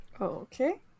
Okay